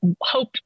hope